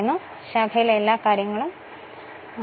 എന്നുവെച്ചാൽ ഈ ശാഖയിലെ എല്ലാം കാര്യങ്ങളും സമയം 4039 നോക്കുക